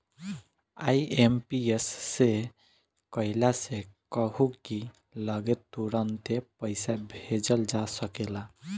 IMPS से कइला से कहू की लगे तुरंते पईसा भेजल जा सकेला